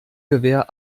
gewehr